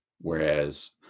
whereas